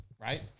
right